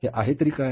हे आहे तरी काय